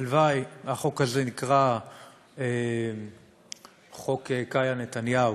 הלוואי, החוק הזה נקרא "חוק קאיה נתניהו",